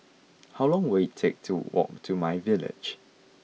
how long will it take to walk to my village